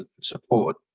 support